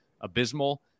abysmal